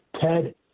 Ted